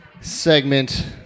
segment